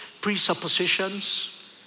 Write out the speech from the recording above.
presuppositions